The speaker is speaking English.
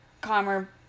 calmer